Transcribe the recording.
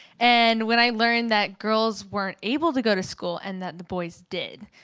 and when i learned that girls weren't able to go to school and that the boys did,